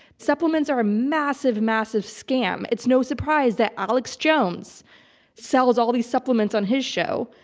supplements are a massive, massive scam. it's no surprise that alex jones sells all these supplements on his show.